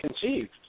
conceived